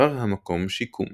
עבר המקום שיקום